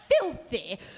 filthy